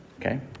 Okay